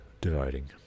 dividing